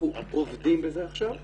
אנחנו עובדים בזה עכשיו.